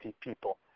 people